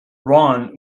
ron